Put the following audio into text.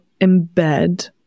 embed